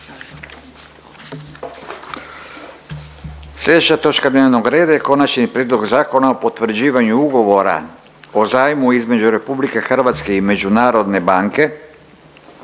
Pred nama je jedan uobičajeni prijedlogZakona o potvrđivanju Ugovora o zajmu između Republike Hrvatske i Međunarodne banke